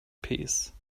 peace